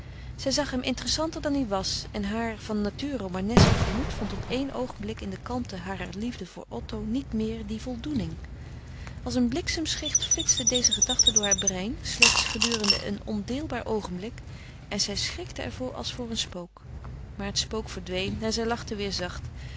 zij zag hem interessanter dan hij was en haar van natuur romanesk gemoed vond op één oogenblik in de kalmte harer liefde voor otto niet meer die voldoening als een bliksemschicht flitste deze gedachte door haar brein slechts gedurende een ondeelbaar oogenblik en zij schrikte er voor als voor een spook maar het spook verdween en zij lachte weêr zacht